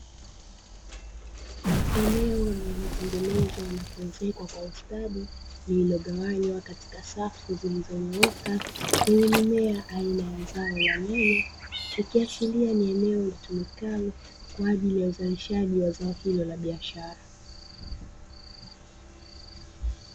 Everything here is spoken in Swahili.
Eneo lililotengenezwa na kuezekwa kwa ustadi, lililogawanywa katika safu zilizonyooka zenye mimea aina ya zao la nyanya, likiashiria ni eneo litumikalo kwa ajili ya uzalishaji wa zao hilo la biashara.